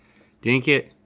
dink it,